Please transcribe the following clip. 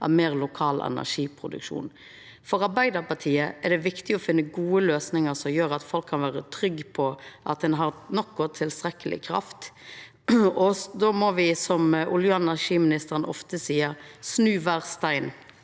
av meir lokal energiproduksjon. For Arbeidarpartiet er det viktig å finna gode løysingar som gjer at folk kan vera trygge på at ein har nok og tilstrekkeleg kraft. Då må me, som olje- og energiministeren ofte seier, snu kvar stein,